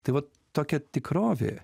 tai vat tokia tikrovė